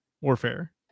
Warfare